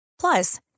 Plus